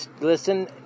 listen